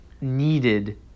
needed